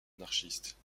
anarchiste